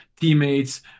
teammates